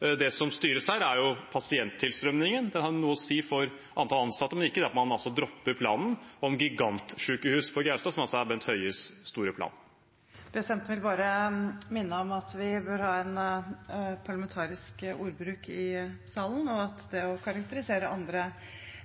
Det som styres her, er pasienttilstrømningen. Den har noe å si for antall ansatte, men ikke det at man dropper planen om gigantsykehus på Gaustad, som altså er Bent Høies store plan. Presidenten vil bare minne om at vi bør ha en parlamentarisk ordbruk i salen, og at det å karakterisere andre